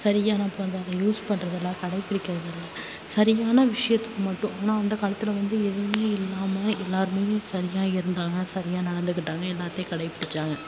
சரியாக யூஸ் பண்ணுறது இல்லை கடைபிடிக்கிறது இல்லை சரியான விஷியத்துக்கு மட்டும் ஆனால் அந்த காலத்தில் வந்து எதுவுமே இல்லாமல் எல்லாருமே சரியாக இருந்தாங்கள் சரியாக நடந்துக்கிட்டாங்கள் எல்லாத்தையும் கடைபிடிச்சாங்கள்